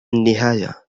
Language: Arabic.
النهاية